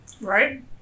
Right